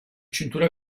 cintura